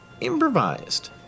Improvised